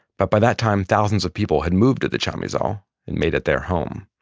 but by that time thousands of people had moved to the chamizal and made it their home.